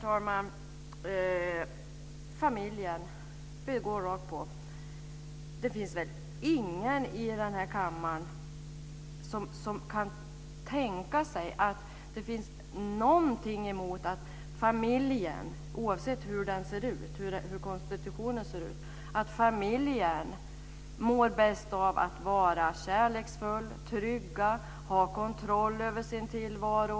Herr talman! Det finns väl ingen i den här kammaren som kan tänka sig att det finns någonting som talar emot att familjen - oavsett hur dess konstitution ser ut - mår bäst av att vara kärleksfull och trygg och ha kontroll över sin tillvaro.